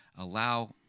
allow